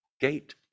gate